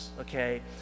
okay